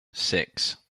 six